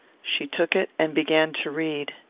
she took it and began to read.